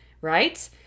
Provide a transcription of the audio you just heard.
right